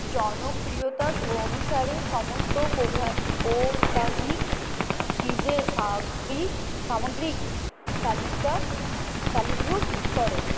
জনপ্রিয়তা অনুসারে সমস্ত প্রতাবিক চিজে সামগ্রিক তালিকা তালিভুক্ত করে